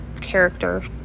character